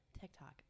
TikTok